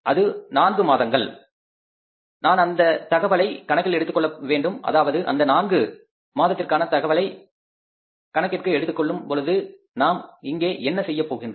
அது நான்கு மாதங்கள் நான் அந்த தகவலை கணக்கில் எடுத்துக் கொள்ள வேண்டும் அதாவது அந்த நான்கு மாதத்திற்கான தகவலை எடுத்துக்கொள்ளலாம் எனவே இந்த நான்கு மாதத்திற்கான தகவலை கணக்கிற்கு எடுத்துக் கொள்ளும் பொழுது நாம் இங்கே என்ன செய்யப் போகின்றோம்